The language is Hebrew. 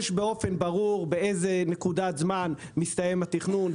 יש באופן ברור באיזו נקודת זמן מסתיים התכנון,